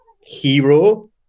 hero